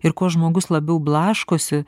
ir kuo žmogus labiau blaškosi